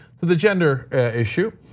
for the gender issue,